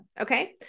Okay